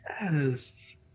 Yes